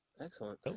excellent